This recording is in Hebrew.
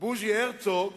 בוז'י הרצוג,